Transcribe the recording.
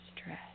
stress